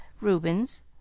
Rubens